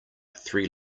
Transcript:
three